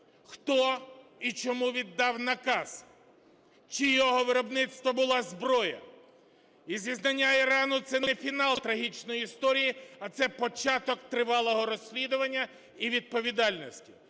Хто і чому віддав наказ, чийого виробництва була зброя? І зізнання Ірану це не фінал трагічної історії, а це початок тривалого розслідування і відповідальності,